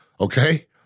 okay